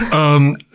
um,